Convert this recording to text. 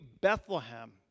Bethlehem